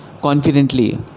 confidently